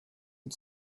and